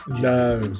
No